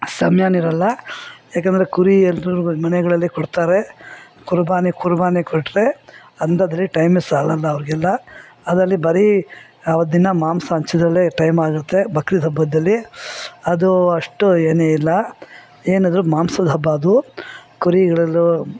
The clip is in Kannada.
ಸಮಯಾನು ಇರಲ್ಲ ಯಾಕಂದರೆ ಕುರಿ ಎಲ್ಲರು ಮನೆಗಳಲ್ಲಿ ಕೊಡ್ತಾರೆ ಕುರ್ಬಾನೆ ಕುರ್ಬಾನೆ ಕೊಟ್ಟರೆ ಅಂದದರೆ ಟೈಮೆ ಸಾಲಲ್ಲ ಅವ್ರಿಗೆಲ್ಲಾ ಅದರಲ್ಲಿ ಬರೀ ದಿನ ಮಾಂಸ ಹಂಚೋದ್ರಲ್ಲೇ ಟೈಮ್ ಆಗುತ್ತೆ ಬಕ್ರೀದ್ ಹಬ್ಬದಲ್ಲಿ ಅದು ಅಷ್ಟು ಏನಿಲ್ಲ ಏನಿದ್ರು ಮಾಂಸದ ಹಬ್ಬ ಅದು ಕುರಿಗಳಲ್ಲೂ